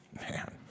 Man